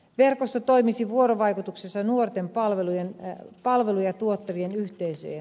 verkosto toimisi vuorovaikutuksessa nuorten palveluja tuottavien yhteisöjen kanssa